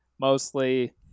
Mostly